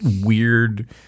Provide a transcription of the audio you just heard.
weird